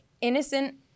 innocent